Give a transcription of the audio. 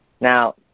now